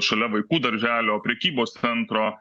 šalia vaikų darželio prekybos centro